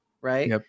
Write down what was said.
right